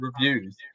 reviews